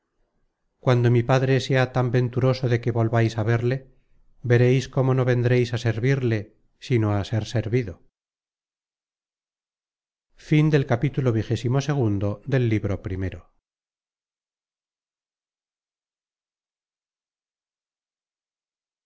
cuando mi padre sea tan venturoso de que volvais á verle veréis cómo no vendréis á servirle sino á ser servido